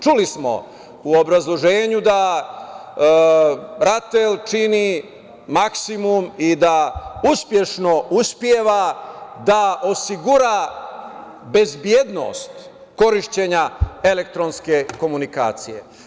Čuli smo u obrazloženju da RATEL čini maksimum i da uspešno uspeva da osigura bezbednost korišćenja elektronske komunikacije.